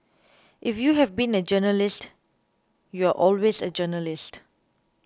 if you have been a journalist you're always a journalist